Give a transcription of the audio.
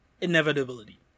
inevitability